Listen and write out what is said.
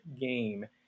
game